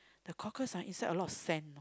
the cockles ah inside a lot of sand you know